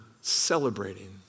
celebrating